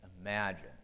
imagine